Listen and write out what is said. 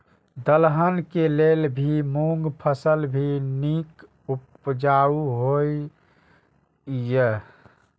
दलहन के लेल भी मूँग फसल भी नीक उपजाऊ होय ईय?